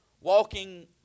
walking